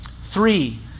Three